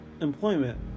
employment